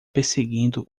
perseguindo